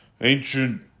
ancient